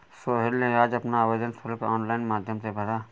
सोहेल ने आज अपना आवेदन शुल्क ऑनलाइन माध्यम से भरा